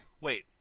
Wait